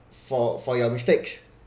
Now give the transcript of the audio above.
for for your mistakes